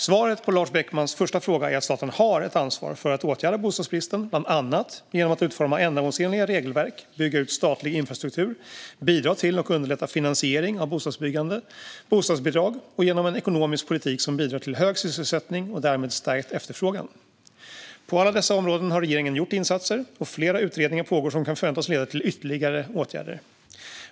Svaret på Lars Beckmans första fråga är att staten har ett ansvar för att åtgärda bostadsbristen bland annat genom att utforma ändamålsenliga regelverk, bygga ut statlig infrastruktur och bidra till och underlätta finansiering av bostadsbyggande, bostadsbidrag och genom en ekonomisk politik som bidrar till hög sysselsättning och därmed stärkt efterfrågan. På alla dessa områden har regeringen gjort insatser, och flera utredningar pågår som kan förväntas leda till ytterligare åtgärder.